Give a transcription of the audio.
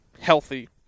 healthy